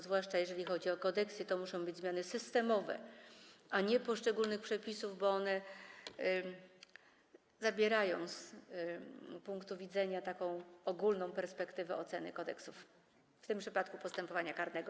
Zwłaszcza jeżeli chodzi o kodeksy, to muszą być zmiany systemowe, a nie zmiany poszczególnych przepisów, bo one zabierają z tego punktu widzenia taką ogólną perspektywę oceny kodeksów, w tym przypadku Kodeksu postępowania karnego.